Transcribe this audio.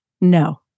No